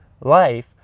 life